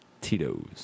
tito's